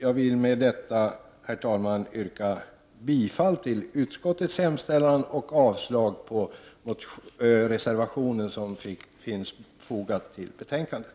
Jag vill med detta yrka bifall till utskottets hemställan och avslag på den reservation som är fogad till betänkandet.